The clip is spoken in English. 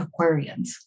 Aquarians